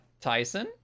Tyson